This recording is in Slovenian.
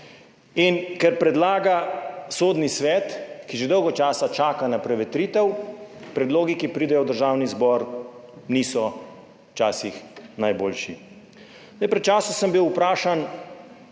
In ker predlaga Sodni svet, ki že dolgo časa čaka na prevetritev, predlogi, ki pridejo v Državni zbor, včasih niso najboljši. Pred časom sem bil vprašan,